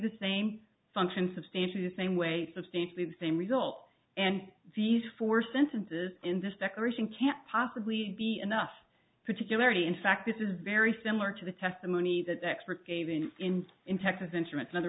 the same function substantially the same way substantially the same result and these four sentences in this declaration can't possibly be enough particulary in fact this is very similar to the testimony that the expert gave in in in texas instruments